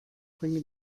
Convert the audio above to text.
bringe